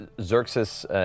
Xerxes